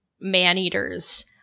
man-eaters